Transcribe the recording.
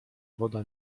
woda